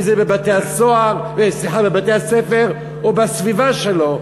אם בבתי-הספר או בסביבה שלו,